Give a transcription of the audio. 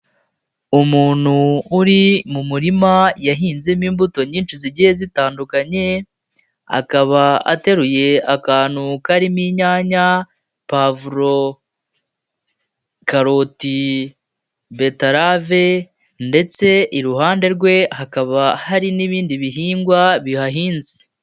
Umuntu uri mu murima yahinzemo imbuto nyinshi zigiye zitandukanye, akaba ateruye akantu karimo inyanya, pawavuro, karoti, betarave ndetse iruhande rwe hakaba hari n'ibindi bihingwa bihahinze.